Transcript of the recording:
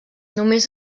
només